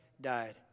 died